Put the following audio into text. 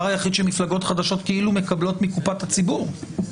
היחיד שמפלגות חדשות כאילו מקבלות מקופת הציבור.